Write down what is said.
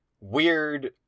weird